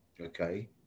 okay